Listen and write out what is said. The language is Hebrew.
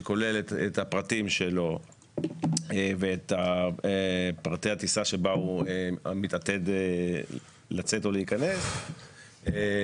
שכולל את הפרטים שלו ואת פרטי הטיסה שהוא מתעתד לצאת או להיכנס איתה,